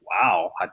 Wow